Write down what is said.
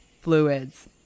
fluids